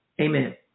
Amen